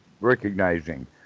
Recognizing